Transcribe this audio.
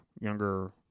younger